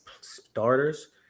starters